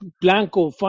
Blanco